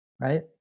right